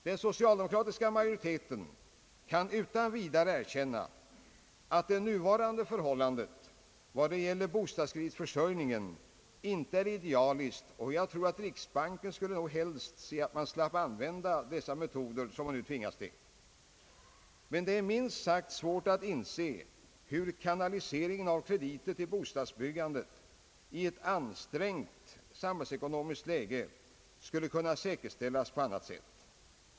Den socialdemokratiska majoriteten kan utan vidare erkänna att det nuvarande förhållandet vad gäller bostadskreditförsörjningen inte är idealiskt, och jag tror att riksbanken helst skulle se att den slapp använda de metoder som den nu tvingas ta till. Emellertid är det minst sagt svårt att inse, hur kanaliseringen av krediter till bostadsbyggandet i ett ansträngt samhällsekonomiskt läge skulle kunna säkerställas på annat sätt.